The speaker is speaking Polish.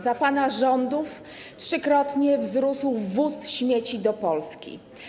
Za pana rządów trzykrotnie wzrósł wwóz śmieci do Polski.